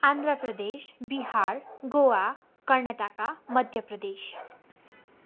Andhra Pradesh Bihar Goa Karnataka Madhya Pradesh